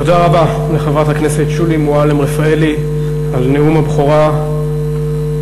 תודה רבה לחברת הכנסת שולי מועלם-רפאלי על נאום הבכורה המרגש,